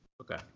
Okay